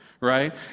right